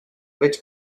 which